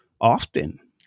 often